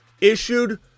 Issued